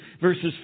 verses